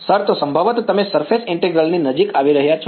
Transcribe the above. વિદ્યાર્થી સર તો સંભવતઃ તમે સરફેસ ઈન્ટીગ્રલ ની નજીક આવી રહ્યા છો